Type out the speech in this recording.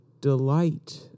delight